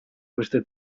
queste